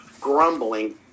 grumbling